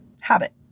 habit